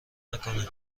نکنه